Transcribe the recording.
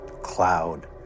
cloud